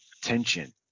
tension